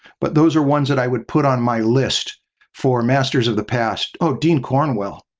but those are ones that i would put on my list for masters of the past. oh, dean cornwell,